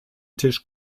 tisch